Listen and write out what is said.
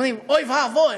אומרים: אוי ואבוי,